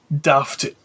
daft